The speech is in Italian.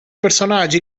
personaggi